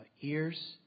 ears